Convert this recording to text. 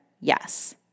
Yes